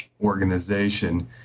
organization